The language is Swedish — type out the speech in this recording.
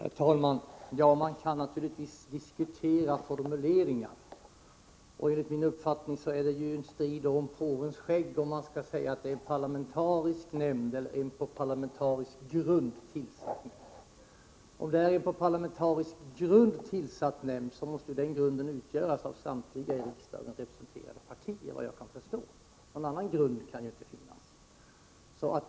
Herr talman! Man kan naturligtvis diskutera formuleringar. Enligt min uppfattning är det en strid om påvens skägg om man skall säga att det är en parlamentarisk nämnd eller en på parlamentarisk grund tillsatt nämnd. Om det är en på parlamentarisk grund tillsatt nämnd måste den grunden utgöras av samtliga i riksdagen representerade partier vad jag kan förstå. Någon annan grund kan inte finnas.